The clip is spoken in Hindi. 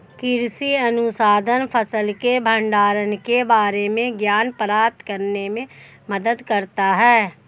कृषि अनुसंधान फसल के भंडारण के बारे में ज्ञान प्राप्त करने में मदद करता है